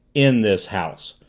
in this house!